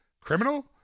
Criminal